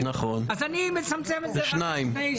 אז אני מצמצם את זה לשניים.